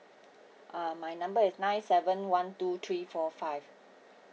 uh my number is nine seven one two three four five